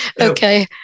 Okay